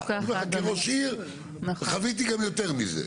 אני אומר לך כראש עיר, חוויתי גם יותר מזה.